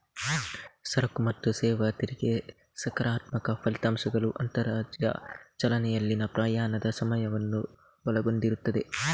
ಸರಕು ಮತ್ತು ಸೇವಾ ತೆರಿಗೆ ಸಕಾರಾತ್ಮಕ ಫಲಿತಾಂಶಗಳು ಅಂತರರಾಜ್ಯ ಚಲನೆಯಲ್ಲಿನ ಪ್ರಯಾಣದ ಸಮಯವನ್ನು ಒಳಗೊಂಡಿರುತ್ತದೆ